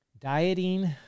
dieting